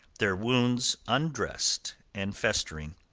their wounds undressed and festering.